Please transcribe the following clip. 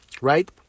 Right